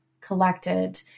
collected